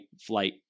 flight